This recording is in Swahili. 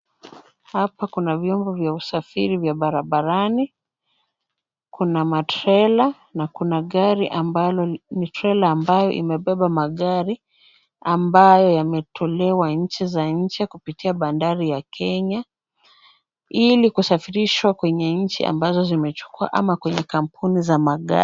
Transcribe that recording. Hapa kuna vyombo vya usafiri vya barabarani, kuna matrela na kuna gari ambalo ni trela ambayo imebeba magari ambayo yametolewa nchi za nje kupitia bandari ya Kenya, ili kusafirishwa kwenye nchi ambazo zimechukua ama kwenye kampuni za magari.